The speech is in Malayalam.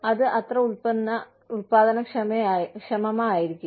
അത് അത്ര ഉൽപ്പാദനക്ഷമമായിരിക്കില്ല